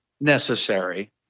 necessary